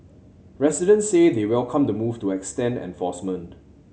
residents say they welcome the move to extend enforcement